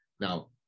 Now